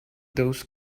those